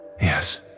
Yes